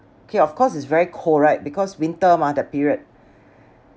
K of course it's very cold right because winter mah that period